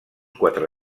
quatre